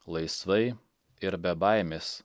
laisvai ir be baimės